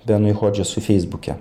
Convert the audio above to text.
benui hodžesui feisbuke